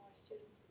students